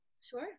Sure